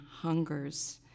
hungers